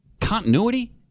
continuity